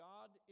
God